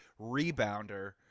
rebounder